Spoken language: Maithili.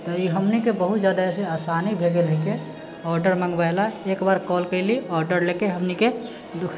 तऽ ई हमनीके बहुत जादा से आसानी भए गेल हइके ऑर्डर मङ्गवेलक एक बार कॉल कैली ऑर्डर लेके हमनीके